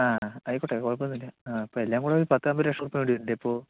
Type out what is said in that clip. ആ ആയിക്കോട്ടെ കുഴപ്പമൊന്നുമില്ല ആ അപ്പോൾ എല്ലാം കൂടി ഒരു പത്ത് അമ്പത് ലക്ഷം ഉറുപ്പിക വേണ്ടി വരുമല്ലേ ഇപ്പോൾ